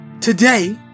today